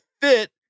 Fit